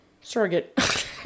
Surrogate